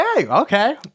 okay